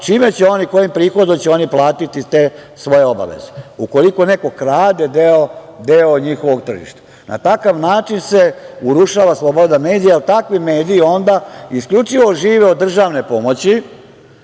prava? Kojim prihodom će oni platiti te svoje obaveze, ukoliko neko krade deo njihovog tržišta? Na takav način se urušava sloboda medija, jer takvi mediji onda isključivo žive od državne pomoći,